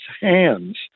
hands